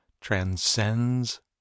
transcends